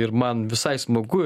ir man visai smagu